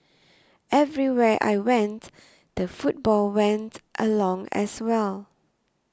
everywhere I went the football went along as well